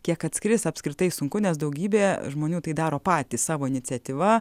kiek atskris apskritai sunku nes daugybė žmonių tai daro patys savo iniciatyva